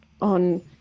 on